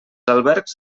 albergs